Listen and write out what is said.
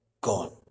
gone